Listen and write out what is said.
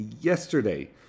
yesterday